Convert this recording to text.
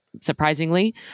surprisingly